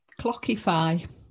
Clockify